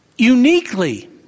uniquely